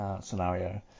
scenario